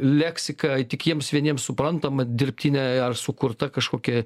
leksika tik jiems vieniems suprantamą dirbtinė ar sukurta kažkokia